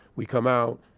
we come out,